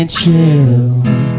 chills